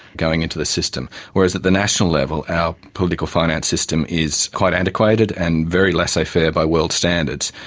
going into the system, whereas at the national level our political finance system is quite antiquated and very laissez faire by world standards.